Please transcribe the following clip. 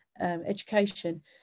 education